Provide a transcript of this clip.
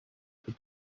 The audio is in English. had